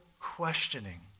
questioning